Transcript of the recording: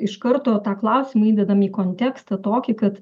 iš karto tą klausimą įdedam į kontekstą tokį kad